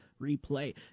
Replay